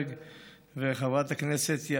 חברת הכנסת תמר זנדברג,